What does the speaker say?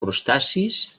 crustacis